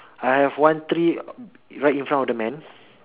I have one tree right in front of the man